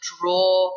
draw